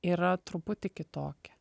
yra truputį kitokia